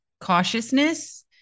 cautiousness